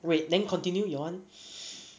wait then continue your [one]